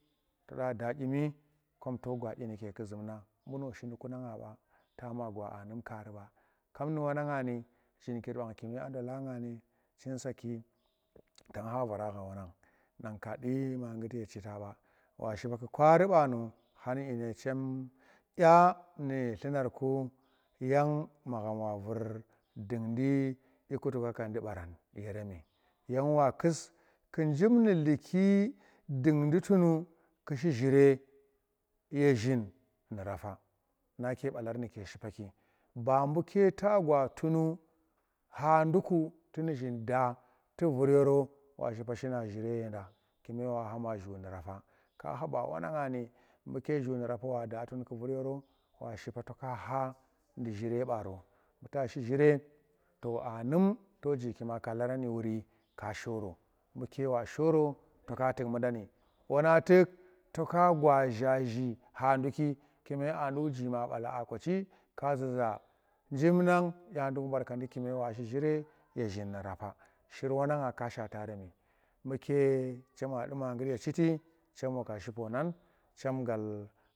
To nda da dyimi kom tu gwa dyine, zumna buno shi dyiku na nga ba ta ma gwa anum kaari ba, kam nu wannang ni zhinkir bang a ndola nga chin saki tan kha vara kha nang ka du ma nggut ye dyine dya chem nu dlunar ku yang magham wa vur ndundi dyimu tukakandi yeremi yang wa kus ku jif nu dluki dundi tunu kushi zhire ye zhin nu rafa nake balar nuke shipaki, ba buke ta gwatunu kha nduku tu nushin da tu vur yoro wa shipa tu shi cire nyeende kume wa khama shinki ka kha ba wannangni buke nu rafa wada tun tu vur yoro wa shipa tuka kha nu zhire baro buta shi zhire to a num to jiki ma shirani ka shoro kupe kope buwa shoro toka tuk mu dangni, kume wannang tuk toka gwa zhaaji kha nduki kume a ji ma bala a kuci ka zuza jimna kya nduk barkandi kume wa zu zhire ye zhin nu rafa shir wa nangan ka shwataremi mbu ke chem wa di ma ghut ye chiti chem wa shi ponan chem gal.